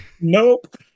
Nope